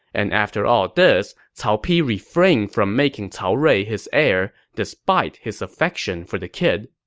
and after all this, cao pi refrained from making cao rui his heir, despite his affection for the kid